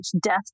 death